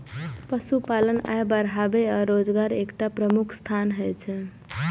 पशुपालन आय बढ़ाबै आ रोजगारक एकटा प्रमुख साधन होइ छै